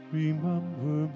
remember